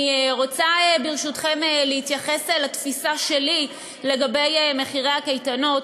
אני רוצה ברשותכם להתייחס לתפיסה שלי לגבי מחירי הקייטנות.